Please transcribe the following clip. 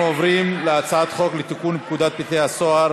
אנחנו עוברים להצעת חוק לתיקון פקודת בתי-הסוהר